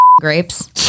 grapes